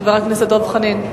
חבר הכנסת דב חנין.